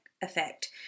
effect